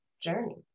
journey